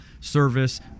service